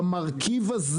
במרכיב הזה